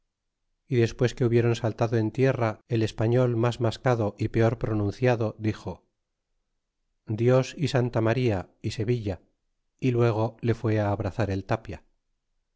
y despues que hubieron saltado en tierra el español mas mascado y peor pronunciado dixo dios é santa maría y sevilla y luego le fue abrazar el tapia y